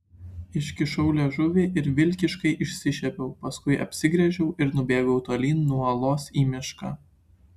iškišau liežuvį ir vilkiškai išsišiepiau paskui apsigręžiau ir nubėgau tolyn nuo olos į mišką